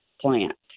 plant